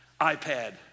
iPad